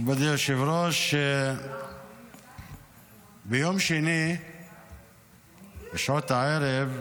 מכובדי היושב-ראש, ביום שני בשעות הערב,